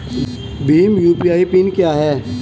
Bhim UPI PIN क्या है?